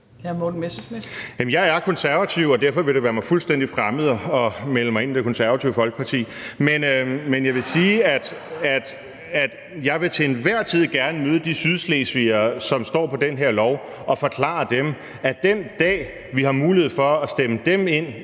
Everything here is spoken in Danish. jeg er konservativ, og derfor vil det være mig fuldstændig fremmed at melde mig ind i Det Konservative Folkeparti. Men jeg vil sige, at jeg til enhver tid gerne vil møde de sydslesvigere, som står på det her lovforslag, og forklare dem, at den dag, vi har mulighed for at stemme dem ind